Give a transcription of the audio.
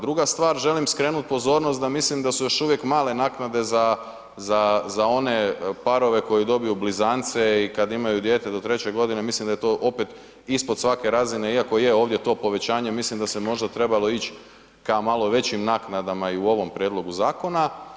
Druga stvar, želim skrenuti pozornost da mislim da ju još uvijek male naknade za one parove koji dobiju blizance i kad imaju dijete do 3. g. mislim da je to opet ispod svake razine, iako je ovdje to povećanje, mislim da se možda trebalo ići ka malo većim naknadama i u ovom prijedlogu zakona.